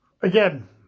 Again